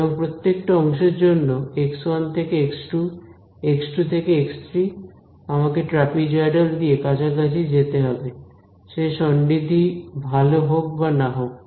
এবং প্রতিটি অংশের জন্য x1 থেকে x2 x2 থেকে x3 আমাকে ট্রাপিজয়ডাল দিয়ে কাছাকাছি যেতে হবে সে সন্নিধি ভালো হোক বা না হোক